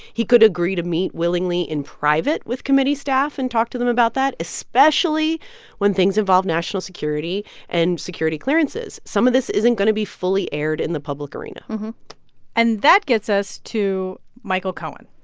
he could agree to meet willingly in private with committee staff and talk to them about that, especially when things involve national security and security clearances. some of this isn't going to be fully aired in the public arena and that gets us to michael cohen,